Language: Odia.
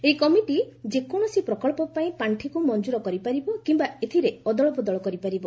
ଏହି କମିଟି ଯେକୌଣସି ପ୍ରକଳ୍ପ ପାଇଁ ପାର୍ଷିକ୍ ମଞ୍ଜର କରିପାରିବ କିମ୍ବା ଏଥିରେ ଅଦଳ ବଦଳ କରିପାରିବ